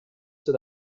sit